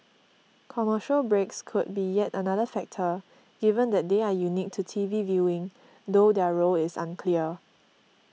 commercial breaks could be yet another factor given that they are unique to T V viewing though their role is unclear